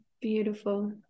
Beautiful